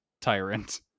tyrant